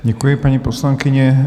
Děkuji, paní poslankyně.